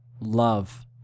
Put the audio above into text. love